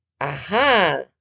Aha